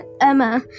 emma